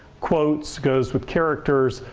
quotes goes with characters.